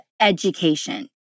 education